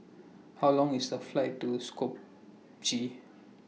How Long IS The Flight to Skopje